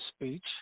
speech